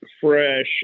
fresh